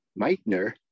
Meitner